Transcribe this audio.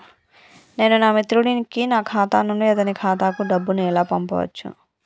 నేను నా మిత్రుడి కి నా ఖాతా నుండి అతని ఖాతా కు డబ్బు ను ఎలా పంపచ్చు?